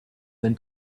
than